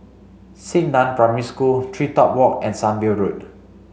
Xingnan Primary School TreeTop Walk and Sunview Road